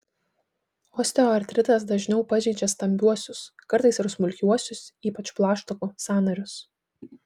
osteoartritas dažniau pažeidžia stambiuosius kartais ir smulkiuosius ypač plaštakų sąnarius